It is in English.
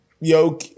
Yo